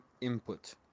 input